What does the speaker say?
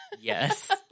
Yes